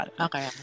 Okay